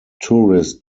tourist